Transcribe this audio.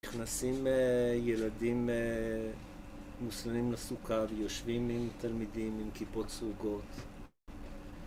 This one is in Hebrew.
נכנסים ילדים מוסלמים לסוכה, ויושבים עם תלמידים עם כיפות סרוגות.